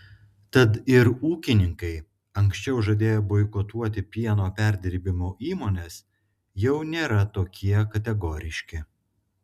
tad ir ūkininkai anksčiau žadėję boikotuoti pieno perdirbimo įmones jau nėra tokie kategoriški